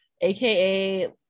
aka